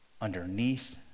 underneath